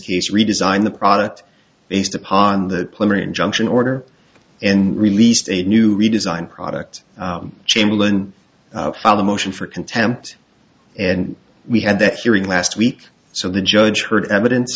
case redesigned the product based upon that plimer injunction order and released a new redesigned product chamberlain hala motion for contempt and we had that hearing last week so the judge heard evidence